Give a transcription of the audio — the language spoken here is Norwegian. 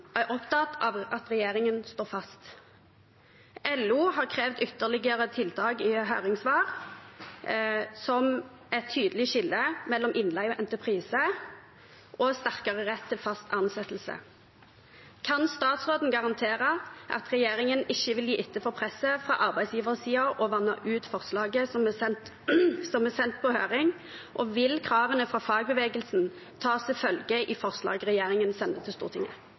er opptatt av at regjeringen står fast. LO har krevd ytterligere tiltak i høringssvar, som et tydelig skille mellom innleie og entreprise og sterkere rett til fast ansettelse. Kan statsråden garantere at regjeringen ikke vil gi etter for presset fra arbeidsgiversiden og vanne ut forslaget som er sendt på høring? Vil kravene fra fagbevegelsen tas til følge i forslaget regjeringen sender til Stortinget?